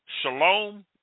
Shalom